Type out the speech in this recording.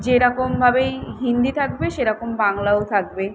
যেরাকমভাবে হিন্দি থাকবে সেরকম বাংলাও থাকবে